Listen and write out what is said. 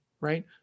right